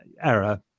error